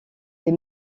des